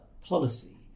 policy